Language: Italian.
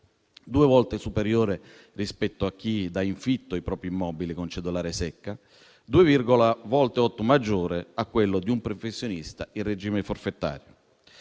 due volte superiore rispetto a chi dà in affitto i propri immobili con cedolare secca; 2,8 volte maggiore di quello di un professionista in regime forfettario.